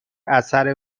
اثر